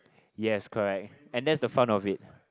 yes correct and that is the fun of it